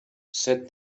said